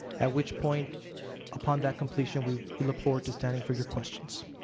at which point upon that completion we we look forward to standing for your questions.